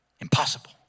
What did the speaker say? impossible